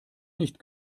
nicht